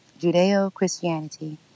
Judeo-Christianity